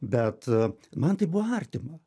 bet man tai buvo artima